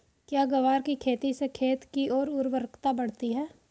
क्या ग्वार की खेती से खेत की ओर उर्वरकता बढ़ती है?